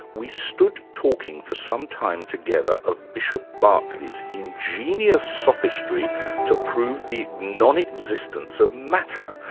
we stood talking for some time together of bishop berkeley's ingenious sophistry to prove the non-existence of matter,